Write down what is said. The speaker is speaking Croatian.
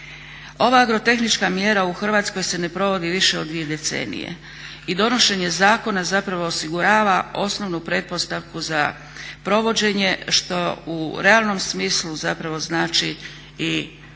Ova agrotehnička mjera u Hrvatskoj se ne provodi više od 2 decenije. I donošenje zakona zapravo osigurava osnovnu pretpostavku za provođenje što u realnom smislu zapravo znači i